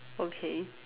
okay